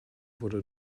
wurde